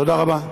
תודה רבה.